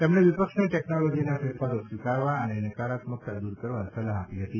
તેમણે વિપક્ષને ટેકનોલોજીના ફેરફારો સ્વીકારવા અને નકારાત્મકતા દુર કરવા સલાહ આપી હતી